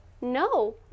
no